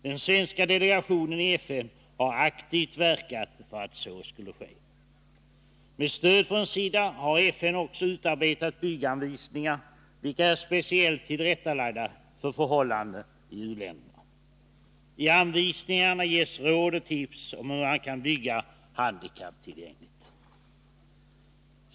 Den svenska delegationen i FN har aktivt verkat för att så skulle ske. Med stöd från SIDA har FN också utarbetat bygganvisningar, vilka är speciellt tillrättalagda för förhållanden i uländerna. I anvisningarna ges råd och tips om hur man kan bygga handikapptillgängligt.